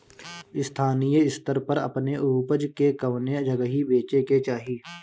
स्थानीय स्तर पर अपने ऊपज के कवने जगही बेचे के चाही?